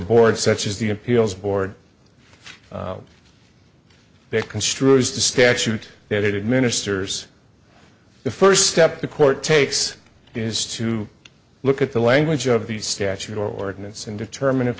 board such as the appeals board they construe as the statute that it ministers the first step the court takes is to look at the language of the statute or ordinance and determine if